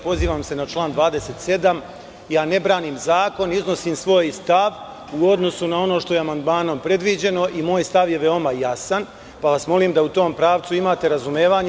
Pozivam se na član 27. ja ne branim zakon iznosim svoj stav u odnosu na ono što je amandmanom predviđeno i moj stav je veoma jasan, pa vas molim, da u tom pravcu imate razumevanje.